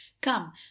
come